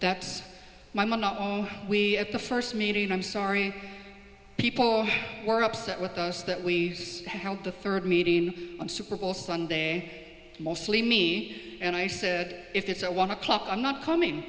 that's my mom not we at the first meeting i'm sorry people were upset with us that we held the third meeting on super bowl sunday mostly me and i said if it's at one o'clock i'm not coming